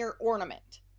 ornament